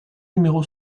numéro